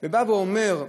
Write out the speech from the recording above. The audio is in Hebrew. ובא ואומר: